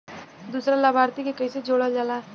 दूसरा लाभार्थी के कैसे जोड़ल जाला?